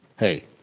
Hey